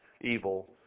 evil